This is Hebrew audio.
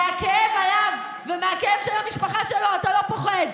מהכאב עליו ומהכאב של המשפחה שלו אתה לא פוחד.